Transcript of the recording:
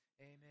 amen